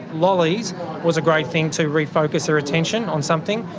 lollies was a great thing to refocus their attention on something.